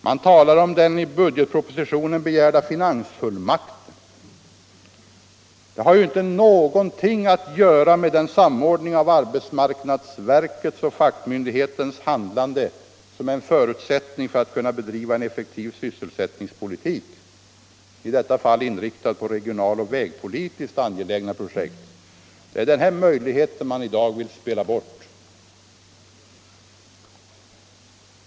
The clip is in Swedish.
Man talar om den i budgetpropositionen begärda finansfullmakten. Detta har ju inte något att göra med den samordning av arbetsmarknadsverkets och fackmyndighetens handlande som är en förutsättning för att kunna bedriva en effektiv sysselsättningspolitik, inriktad i detta fall på regionaloch vägpolitiskt angelägna projekt. Det är denna möjlighet man i dag vill spela bort.